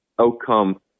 outcome